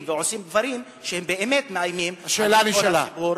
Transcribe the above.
ועושים דברים שהם באמת מאיימים על כל הציבור,